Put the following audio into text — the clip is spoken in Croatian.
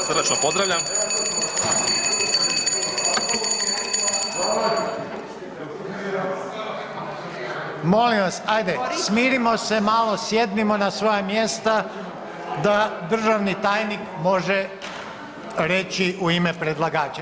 Molim vas smirimo se malo sjednimo na svoja mjesta da državni tajnik može reći u ime predlagača.